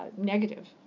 negative